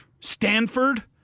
Stanford